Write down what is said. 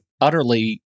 utterly